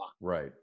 Right